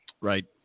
Right